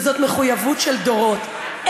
וזאת מחויבות של דורות,